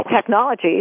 technology